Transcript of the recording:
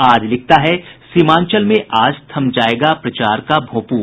आज लिखता है सीमांचल में आज थम जायेगा प्रचार का भोंपू